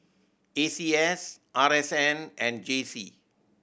A C S R S N and J C